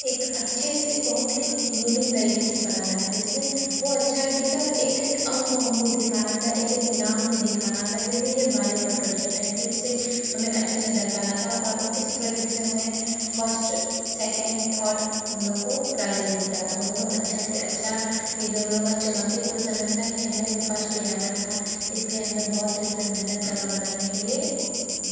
एक अच्छे से बहुत ही यूनिक तरीके से बनाना था जिसमें वो अच्छा भी दिखे और एक एक अंग को हमको दिखाना था एक एक नाम को दिखाना था क्योंकि ये बायो का प्रोजेक्ट है इसलिए इसे हमें अच्छे से दर्शाना था और इस प्रोजेक्ट से हमें फ़स्ट सेकंड थर्ड हम लोग को प्राइज़ मिलता तो हम लोग अच्छा से अच्छा ये जो हम लोग चुनौतीपूर्ण समय था कि हमें भी फ़स्ट ले आना था इसलिए हमें बहुत ही उसमें मेहनत लगा बनाने के लिए